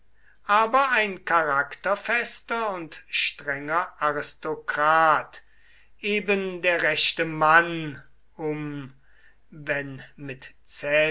aber ein charakterfester und strenger aristokrat eben der rechte mann um wenn mit